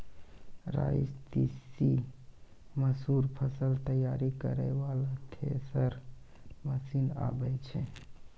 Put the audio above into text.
राई तीसी मसूर फसल तैयारी करै वाला थेसर मसीन आबै छै?